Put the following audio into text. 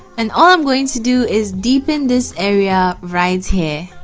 and all i'm going to do is deepen this area right here